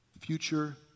future